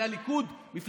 אם זה היה כל כך פשוט,